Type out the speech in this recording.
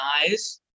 eyes